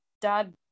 dad